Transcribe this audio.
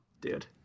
dude